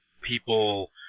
people